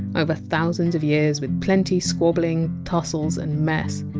over thousands of years, with plenty squabbling, tussles and mess.